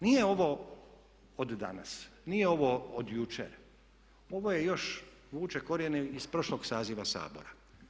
Nije ovo od danas, nije ovo od jučer ovo je još vuče korijenje iz prošlog saziva Sabora.